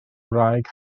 wraig